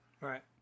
Right